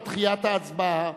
על דחיית ההצבעה,